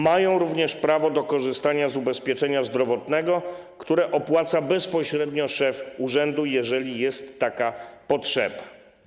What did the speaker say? Mają również prawo do korzystania z ubezpieczenia zdrowotnego, które opłaca bezpośrednio szef urzędu, jeżeli jest taka potrzeba.